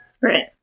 Right